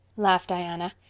laughed diana.